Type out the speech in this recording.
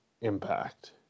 Impact